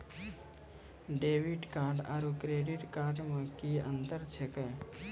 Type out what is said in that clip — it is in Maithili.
डेबिट कार्ड आरू क्रेडिट कार्ड मे कि अन्तर छैक?